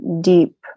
deep